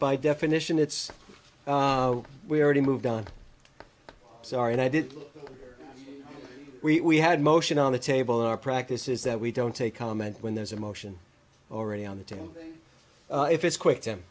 by definition it's we already moved on sorry i didn't we had motion on the table our practice is that we don't take a moment when there's a motion already on the table if it's quick